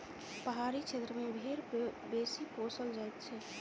पहाड़ी क्षेत्र मे भेंड़ बेसी पोसल जाइत छै